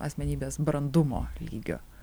asmenybės brandumo lygio